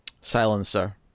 silencer